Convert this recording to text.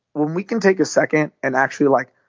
when we can take a second and actually, like,